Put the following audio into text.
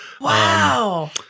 Wow